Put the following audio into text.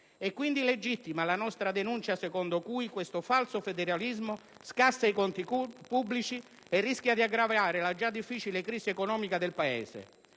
È quindi legittima la nostra denuncia, secondo cui questo falso federalismo scassa i conti pubblici e rischia di aggravare la già difficile crisi economica del Paese.